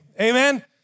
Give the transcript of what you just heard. Amen